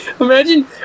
Imagine